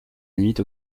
limite